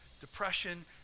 depression